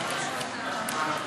הצעת חוק הרשות